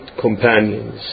companions